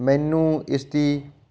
ਮੈਨੂੰ ਇਸ ਦੀ